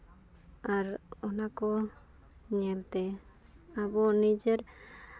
ᱟᱨ ᱚᱱᱟ ᱠᱚ ᱧᱮᱞᱛᱮ ᱟᱵᱚ ᱱᱤᱡᱮᱨ